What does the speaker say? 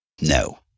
No